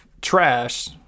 trash